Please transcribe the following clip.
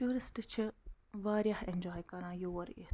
tourist چھِ واریاہ اٮ۪نجاے کران یور یِتھ